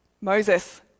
Moses